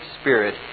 spirit